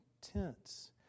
tents